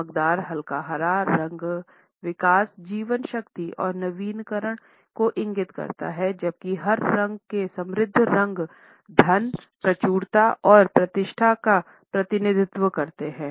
चमकदार हल्का हरा रंग विकास जीवन शक्ति और नवीकरण को इंगित करता है जबकि हरे रंग के समृद्ध रंग धन प्रचुरता और प्रतिष्ठा का प्रतिनिधित्व करते हैं